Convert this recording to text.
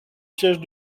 siège